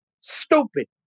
stupid